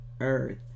earth